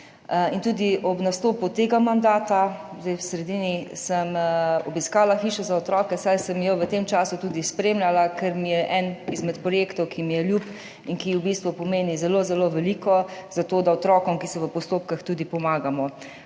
Tudi ob nastopu tega mandata, zdaj v sredini, sem obiskala Hišo za otroke, saj sem jo v tem času tudi spremljala, ker mi je eden izmed projektov, ki mi je ljub in ki v bistvu pomeni zelo, zelo veliko za to, da otrokom, ki so v postopkih, tudi pomagamo.